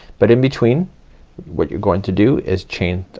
but in between what you're going to do is chain, ah,